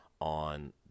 on